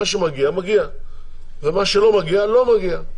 מה שמגיע מגיע, ומה שלא מגיע לא מגיע.